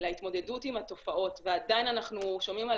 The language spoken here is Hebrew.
להתמודדות עם התופעות ועדיין אנחנו שומעים על